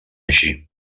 així